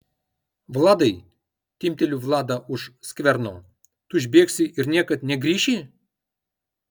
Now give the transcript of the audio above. vladai timpteliu vladą už skverno tu išbėgsi ir niekad negrįši